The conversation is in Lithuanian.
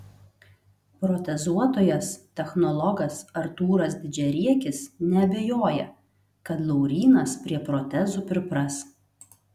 protezuotojas technologas artūras didžiariekis neabejoja kad laurynas prie protezų pripras